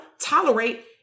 tolerate